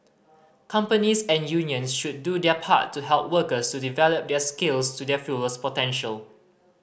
companies and unions should do their part to help workers to develop their skills to their fullest potential